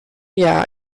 jahr